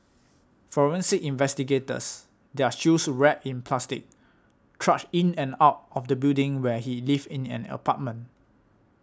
forensic investigators their shoes wrapped in plastic trudged in and out of the building where he lived in an apartment